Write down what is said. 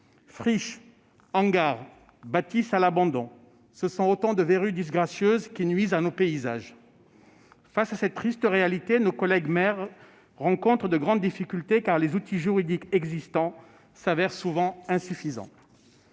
friches, hangars, bâtisses à l'abandon ... Autant de verrues disgracieuses qui nuisent à nos paysages. Face à cette triste réalité, nos collègues maires rencontrent de grandes difficultés, les outils juridiques existants s'avérant souvent insuffisants.